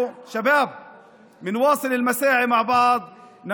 (אומר בערבית: חבר'ה,